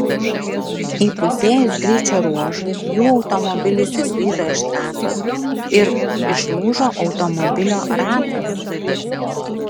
įpusėjus greičio ruožui jų automobilis išslydo iš trasos ir išlūžo automobilio ratas